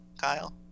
kyle